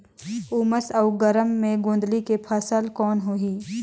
उमस अउ गरम मे गोंदली के फसल कौन होही?